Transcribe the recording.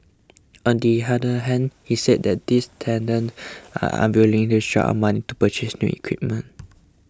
on the other hand he said that these tenants are unwilling to shell out money to purchase new equipment